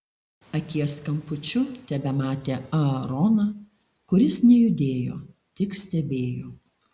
akies kampučiu tebematė aaroną kuris nejudėjo tik stebėjo